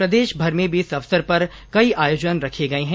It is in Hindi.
प्रदेशभर में भी इस अवसर पर कई आयोजन रखे गए है